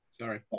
Sorry